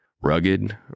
Rugged